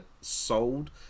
sold